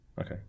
Okay